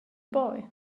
boy